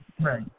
Right